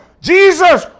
Jesus